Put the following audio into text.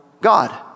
God